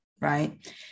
right